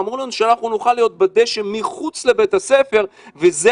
אמרו לנו שאנחנו נוכל להיות בדשא מחוץ לבית הספר וזה